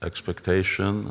Expectation